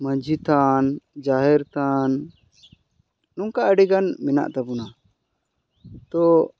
ᱢᱟᱹᱡᱷᱤ ᱛᱷᱟᱱ ᱡᱟᱦᱮᱨ ᱛᱷᱟᱱ ᱱᱚᱝᱠᱟ ᱟ ᱰᱤᱜᱟᱱ ᱢᱮᱱᱟᱜ ᱛᱟᱵᱚᱱᱟ ᱛᱚ